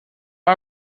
are